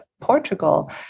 Portugal